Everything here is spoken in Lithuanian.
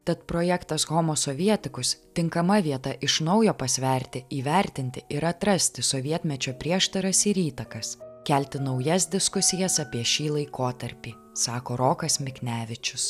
tad projektas homo sovietikus tinkama vieta iš naujo pasverti įvertinti ir atrasti sovietmečio prieštaras ir įtakas kelti naujas diskusijas apie šį laikotarpį sako rokas miknevičius